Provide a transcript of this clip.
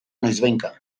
noizbehinka